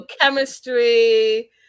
chemistry